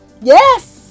Yes